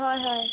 হয় হয়